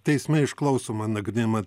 teisme išklausoma nagrinėjama